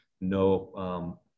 no